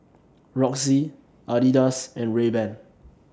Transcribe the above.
Roxy Adidas and Rayban